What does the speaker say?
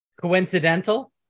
coincidental